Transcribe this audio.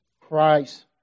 Christ